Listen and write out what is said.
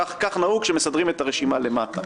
כך נהוג כשמסדרים את הרשימה למטה.